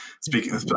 speaking